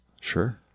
Sure